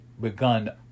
begun